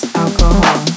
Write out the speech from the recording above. alcohol